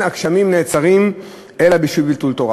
הגשמים נעצרים אלא בשביל ביטול תורה".